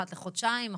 אחת לחודשיים,